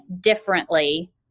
differently